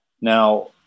Now